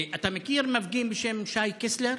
אתה מכיר מפגין בשם שי קסלר?